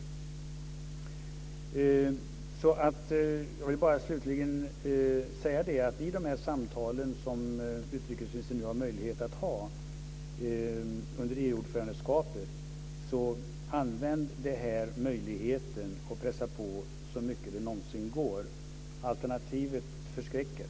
Jag vill slutligen bara säga till utrikesministern att hon i de samtal som hon nu har möjlighet att ha under EU-ordförandeskapet använder möjligheten att pressa på så mycket det någonsin går. Alternativet förskräcker.